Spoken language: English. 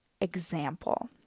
example